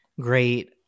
great